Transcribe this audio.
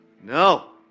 No